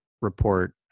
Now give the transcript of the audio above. report